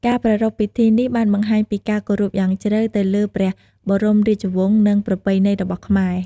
ការប្រារព្ធពីធិនេះបានបង្ហាញពីការគោរពយ៉ាងជ្រៅទៅលើព្រះបរមរាជវង្ស និងប្រពៃណីរបស់ខ្មែរ។